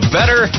Better